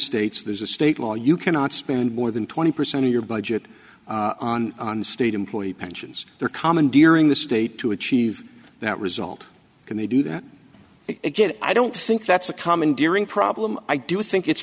there's a state law you cannot spend more than twenty percent of your budget on state employee pensions their commandeering the state to achieve that result can they do that it get i don't think that's a commandeering problem i do think it's